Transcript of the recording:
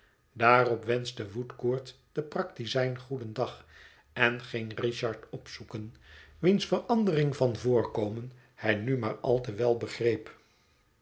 daarop wenschte woodcourt den praktizijn goedendag en ging richard opzoeken wiens verandering van voorkomen hij nu maar al te wel begreep